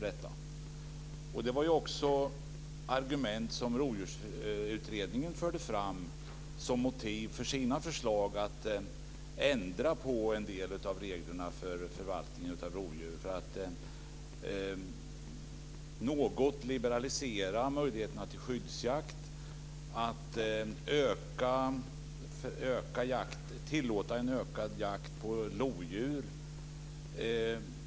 Det var också ett argument som Rovdjursutredningen förde fram som motiv för sina förslag att ändra på en del av reglerna för förvaltningen av rovdjur och något liberalisera möjligheterna till skyddsjakt och tillåta en ökad jakt på lodjur.